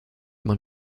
man